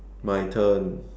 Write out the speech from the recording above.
my turn